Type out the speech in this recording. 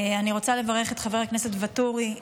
אני רוצה לברך את חבר הכנסת ואטורי.